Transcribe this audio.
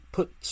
put